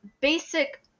basic